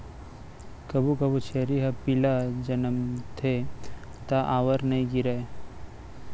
कभू कभू छेरी ह पिला जनमथे त आंवर नइ गिरय